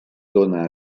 dóna